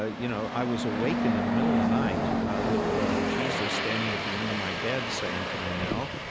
ah you know, i was awakened in the middle of the night with jesus standing at the end of my bed saying to me, mel,